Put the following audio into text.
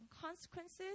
consequences